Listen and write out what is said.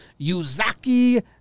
Yuzaki